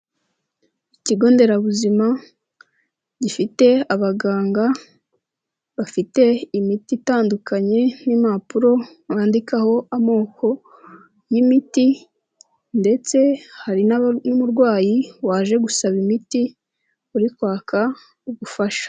Ikigo nderabuzima, gifite abaganga, bafite imiti itandukanye n'impapuro wandikaho amoko y'imiti, ndetse hari n'umurwayi waje gusaba imiti, uri kwaka ubufasha.